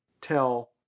tell